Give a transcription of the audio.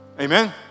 Amen